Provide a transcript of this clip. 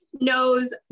knows